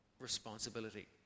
responsibility